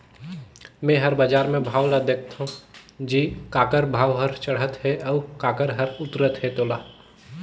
मे हर बाजार मे भाव ल देखथों जी काखर भाव हर चड़हत हे अउ काखर हर उतरत हे तोला